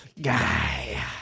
guy